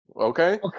Okay